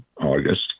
August